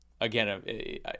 again